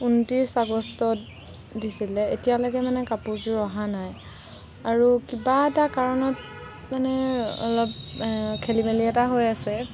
উনত্ৰিছ আগষ্টত দিছিলে এতিয়ালৈকে মানে কাপোৰযোৰ অহা নাই আৰু কিবা এটা কাৰণত মানে অলপ খেলিমেলি এটা হৈ আছে